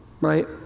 right